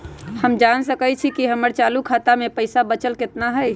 हम जान सकई छी कि हमर चालू खाता में पइसा बचल कितना हई